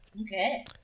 Okay